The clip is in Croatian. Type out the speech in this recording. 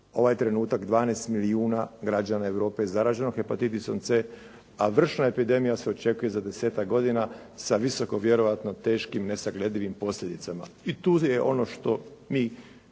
Ovaj trenutak 12 milijuna građana Europe je zaraženo hepatitisom C, a vršna epidemija se očekuje za desetak godina sa visoko vjerojatno teškim nesagledivim posljedicama. I tu je ono što mi